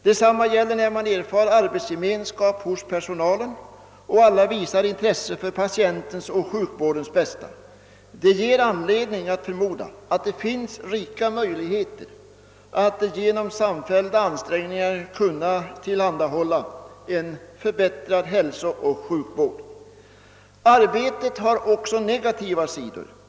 Detsamma gäller när man erfar arbetsgemenskap hos personalen och alla visar intresse för patientens och sjukvårdens bästa. Det ger anledning att förmoda att det finns rika möjligheter att genom samfällda ansträngningar kunna tillhandahålla en förbättrad hälsooch sjukvård. Arbetet har också negativa sidor.